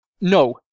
No